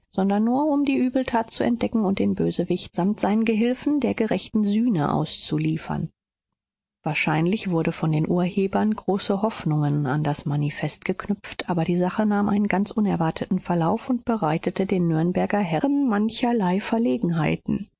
sondern nur um die übeltat zu entdecken und den bösewicht samt seinen gehilfen der gerechten sühne auszuliefern wahrscheinlich wurden von den urhebern große hoffnungen an das manifest geknüpft aber die sache nahm einen ganz unerwarteten verlauf und bereitete den nürnberger herren mancherlei verlegenheiten